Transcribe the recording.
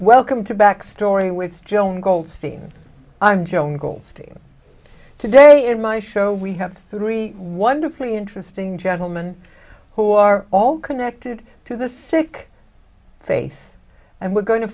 welcome to backstory with joan goldstein i'm joan goldstein today in my show we have three wonderfully interesting gentleman who are all connected to the sick face and we're going to